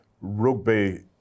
rugby